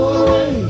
away